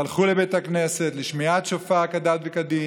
והלכו לבית הכנסת לשמיעת שופר כדת וכדין,